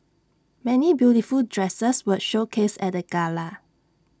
many beautiful dresses were showcased at the gala